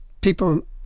people